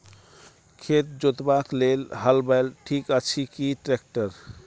खेत जोतबाक लेल हल बैल ठीक अछि की ट्रैक्टर?